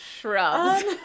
shrubs